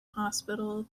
hospital